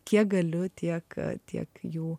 kiek galiu tiek tiek jų